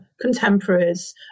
contemporaries